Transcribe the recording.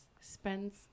spends